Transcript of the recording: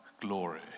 glory